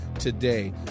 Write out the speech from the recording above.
today